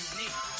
Unique